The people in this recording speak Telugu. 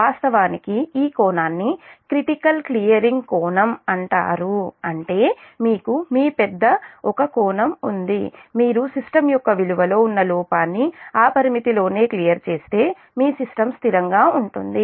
వాస్తవానికి ఈ కోణాన్ని క్రిటికల్ క్లియరింగ్ కోణం అంటారు అంటే మీకు మీ వద్ద ఒక కోణం ఉంది మీరు సిస్టమ్ యొక్క విలువ లో ఉన్న లోపాన్ని ఆ పరిమితిలోనే క్లియర్ చేస్తే మీ సిస్టమ్ స్థిరంగా ఉంటుంది